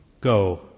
Go